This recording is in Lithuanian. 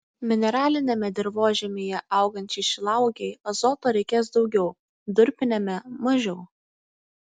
mineraliniame dirvožemyje augančiai šilauogei azoto reikės daugiau durpiniame mažiau